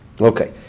Okay